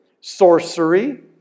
sorcery